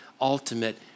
ultimate